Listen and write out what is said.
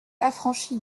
affranchie